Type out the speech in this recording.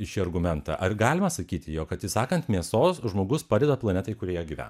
į šį argumentą ar galima sakyti jog atsisakant mėsos žmogus padeda planetai kurioje gyvena